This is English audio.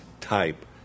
type